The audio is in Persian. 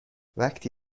وقتی